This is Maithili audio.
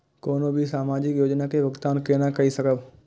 कोनो भी सामाजिक योजना के भुगतान केना कई सकब?